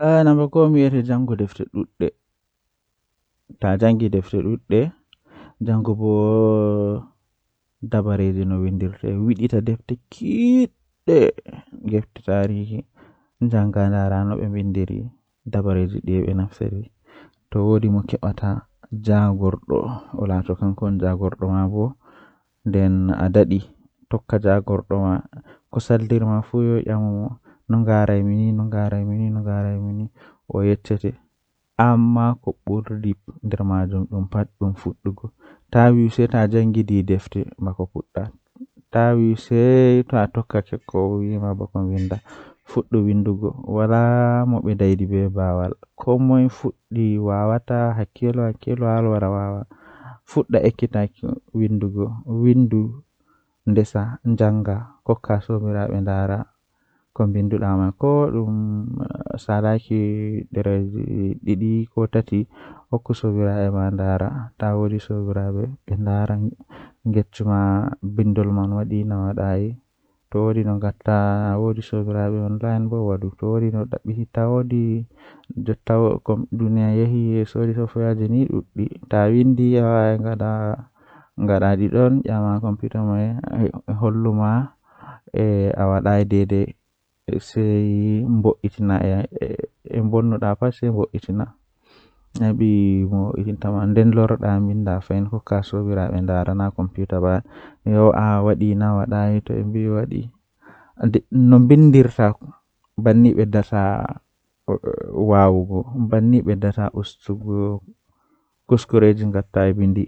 Woodi dabbaji jei don joodi haa less ndiyam bana paburu woodi gilangeeru woodi mboodi jei joodata haa nder ndiyam woodi colli bana agwagwa kanjum ma don jooda nder ndiyam